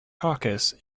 caucus